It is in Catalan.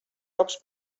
cops